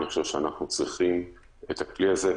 אני חושב שאנחנו צריכים את הכלי הזה,